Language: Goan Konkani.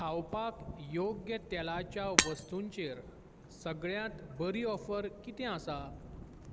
खावपाक योग्य तेलाच्या वस्तूंचेर सगळ्यांत बरी ऑफर कितें आसा